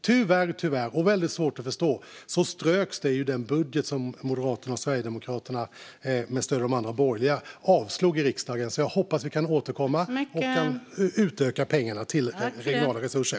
Tyvärr - väldigt svårt att förstå - ströks det i den budget som Moderaterna och Sverigedemokraterna med stöd av de andra borgerliga partierna avslog i riksdagen. Jag hoppas att vi kan återkomma och utöka pengarna till regionala resurser.